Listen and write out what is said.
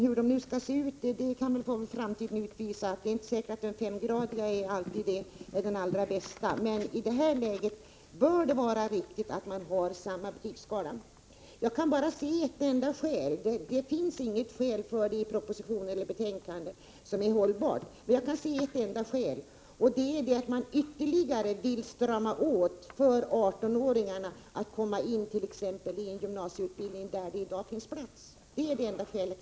Hur de skall se ut får framtiden utvisa. Det är inte säkert att den femgradiga betygsskalan alltid är den allra bästa. Men i detta läge bör det vara riktigt att man har samma betygsskala när det gäller likvärdiga utbildningar. Det finns inget skäl angivet vare sig i propositionen eller i betänkandet som är hållbart om man vill avskaffa den femgradiga betygsskalan. Jag kan se ett enda skäl, nämligen att man ytterligare vill strama åt möjligheterna för 18-åringarna att komma in t.ex. i en gymnasieutbildning där det finns plats.